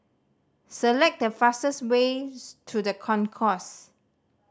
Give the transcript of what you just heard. select the fastest ways to The Concourse